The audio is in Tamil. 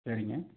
சரிங்க